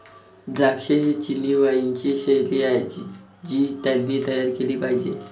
द्राक्षे ही चिनी वाइनची शैली आहे जी त्यांनी तयार केली पाहिजे